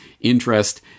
interest